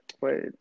Wait